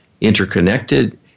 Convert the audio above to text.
interconnected